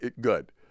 good